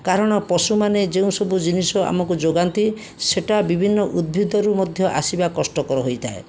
କାରଣ ପଶୁମାନେ ଯେଉଁସବୁ ଜିନିଷ ଆମକୁ ଯୋଗାନ୍ତି ସେ'ଟା ବିଭିନ୍ନ ଉଦ୍ଭିଦରୁ ମଧ୍ୟ ଆସିବା କଷ୍ଟକର ହୋଇଥାଏ